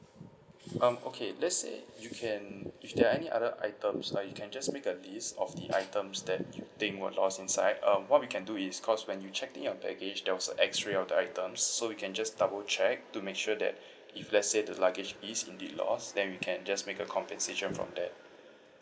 um okay let's say you can if there are any other items like you can just make a list of the items that you think was lost inside uh what we can do is because when you checked in your baggage there was a X-ray of the items so we can just double check to make sure that if let's say the luggage is in the lost then we can just make a compensation from there